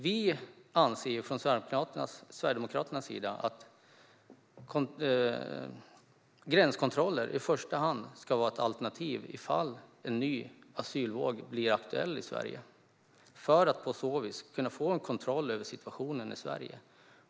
Vi anser från Sverigedemokraternas sida att gränskontroller i första hand ska vara ett alternativ ifall en ny asylvåg blir aktuell i Sverige för att på så vis kunna få en kontroll över situationen i Sverige.